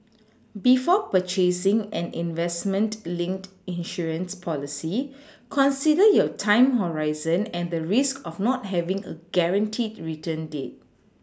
before purchasing an investment linked insurance policy consider your time horizon and the risks of not having a guaranteed return rate